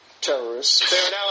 terrorists